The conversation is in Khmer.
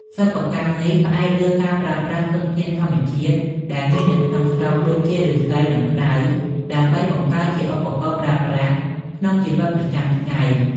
សិប្បកម្មនេះផ្អែកលើការប្រើប្រាស់ធនធានធម្មជាតិដែលមាននៅក្នុងស្រុក ដូចជាឬស្សី និងផ្តៅ ដើម្បីបង្កើតជាឧបករណ៍ប្រើប្រាស់ក្នុងជីវិតប្រចាំថ្ងៃ។